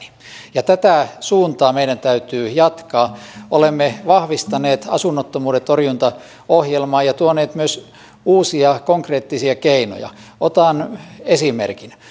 ja tätä suuntaa meidän täytyy jatkaa olemme vahvistaneet asunnottomuuden torjuntaohjelmaa ja tuoneet myös uusia konkreettisia keinoja otan esimerkin